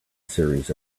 series